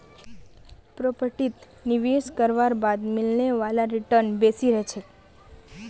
प्रॉपर्टीत निवेश करवार बाद मिलने वाला रीटर्न बेसी रह छेक